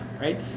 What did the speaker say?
right